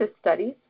studies